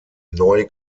neu